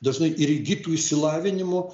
dažnai ir įgytu išsilavinimu